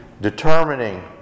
determining